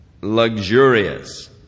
luxurious